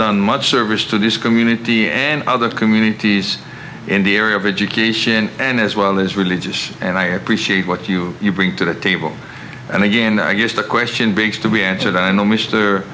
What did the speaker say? done much service to this community and other communities in the area of education and as well as religious and i appreciate what you bring to the table and again i guess the question begs to be answered i know mister